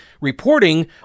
reporting